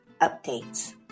updates